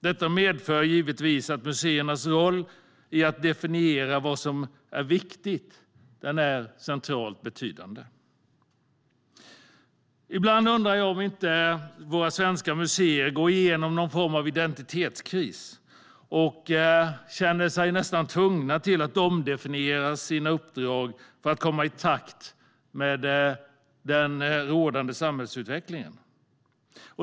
Detta medför givetvis att museernas roll i att definiera vad som är viktigt är central och betydande. Ibland undrar jag om inte våra svenska museer går igenom någon form av identitetskris och känner sig näst intill tvungna att omdefiniera sitt uppdrag för att komma i takt med rådande samhällsutveckling.